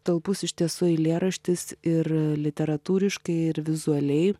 talpus iš tiesų eilėraštis ir literatūriškai ir vizualiai